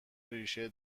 ریشه